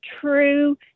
true